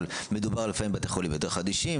אבל מדובר לפעמים בבתי חולים יותר חדישים,